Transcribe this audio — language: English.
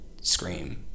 scream